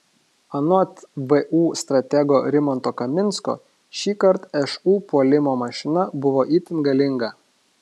anot vu stratego rimanto kaminsko šįkart šu puolimo mašina buvo itin galinga